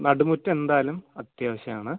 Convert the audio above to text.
നടുമുറ്റം എന്തായാലും അത്യാവിശ്യമാണ്